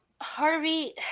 Harvey